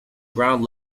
ground